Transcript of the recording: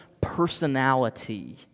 personality